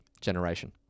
generation